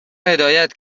هدایت